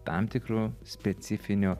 tam tikru specifiniu